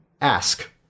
ask